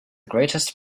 greatest